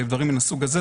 דברים מן הסוג הזה.